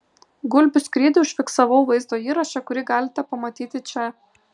gulbių skrydį užfiksavau vaizdo įraše kurį galite pamatyti čia